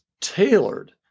tailored